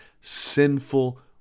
sinful